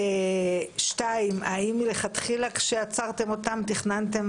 שנית, האם מלכתחילה כשעצרתם אותם תכננתם